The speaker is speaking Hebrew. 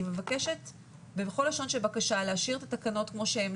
אני מבקשת בכל לשון של בקשה להשאיר את התקנות כמו שהן,